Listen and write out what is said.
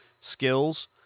skills